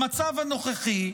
במצב הנוכחי,